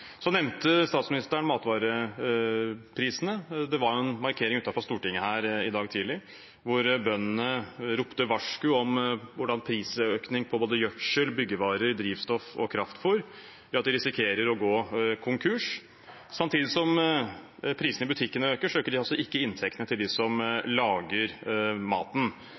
Statsministeren nevnte matvareprisene. Det var en markering utenfor Stortinget i dag tidlig hvor bøndene ropte varsku om hvordan prisøkning på både gjødsel, byggevarer, drivstoff og kraftfôr gjør at de risikerer å gå konkurs. Samtidig som prisene i butikkene øker, øker altså ikke inntektene til dem som lager maten.